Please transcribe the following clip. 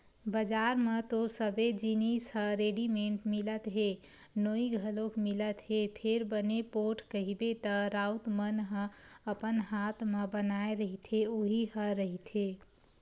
बजार म तो सबे जिनिस ह रेडिमेंट मिलत हे नोई घलोक मिलत हे फेर बने पोठ कहिबे त राउत मन ह अपन हात म बनाए रहिथे उही ह रहिथे